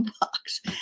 box